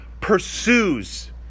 pursues